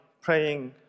praying